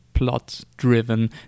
plot-driven